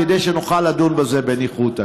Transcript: כדי שנוכל לדון בזה בניחותא.